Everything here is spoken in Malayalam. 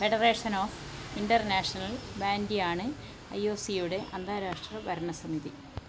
ഫെഡറേഷൻ ഓഫ് ഇൻറ്റർനാഷണൽ ബാൻഡി ആണ് ഐ ഒ സിയുടെ അന്താരാഷ്ട്ര ഭരണ സമിതി